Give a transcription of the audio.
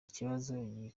ikibazo